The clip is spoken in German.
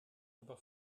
aber